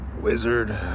wizard